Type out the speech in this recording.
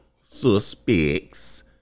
suspects